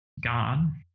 God